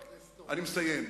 חבר הכנסת